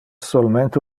solmente